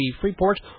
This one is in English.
Freeport